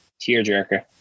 tearjerker